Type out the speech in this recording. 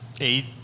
eight